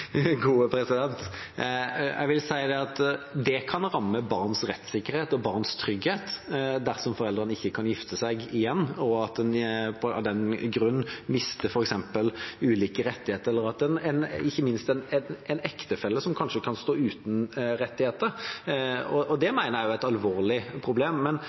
Jeg vil si at det kan ramme barns rettssikkerhet og barns trygghet dersom foreldrene ikke kan gifte seg igjen og at en av den grunn mister f.eks. ulike rettigheter eller ikke minst en ektefelle, som kanskje kan stå uten rettigheter. Det mener jeg er et alvorlig problem. Den norske loven skal gjelde for alle, men